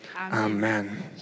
Amen